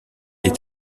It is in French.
est